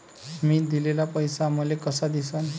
मी दिलेला पैसा मले कसा दिसन?